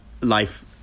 life